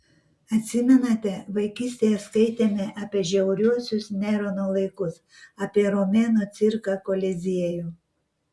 atsimenate vaikystėje skaitėme apie žiauriuosius nerono laikus apie romėnų cirką koliziejų